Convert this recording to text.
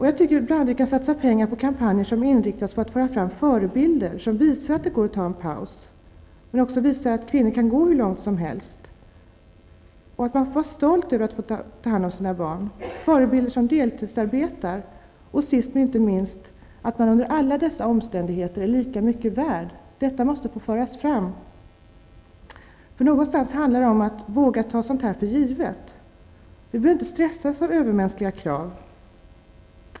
Jag tycker att vi kunde satsa pengar på kampanjer som inriktas på att föra fram förebilder som visar att det går att ta en paus och att kvinnor kan komma hur långt som helst -- förebilder som visar att man får vara stolt över att ta hand om sina barn, förebilder när det gäller att deltidsarbeta. Sist men inte minst bör de visa att man under alla dessa omständigheter är lika mycket värd. Detta måste få föras fram. Någonstans handlar det om att våga ta sådant här för givet. Vi behöver inte låta oss stressas av övermänskliga krav.